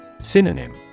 Synonym